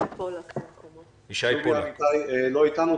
דובי אמיתי לא איתנו,